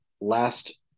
last